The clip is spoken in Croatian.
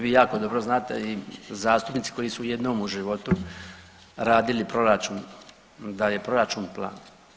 Vi jako dobro znate i zastupnici koji su jednom u životu radili proračun, da je proračun plan.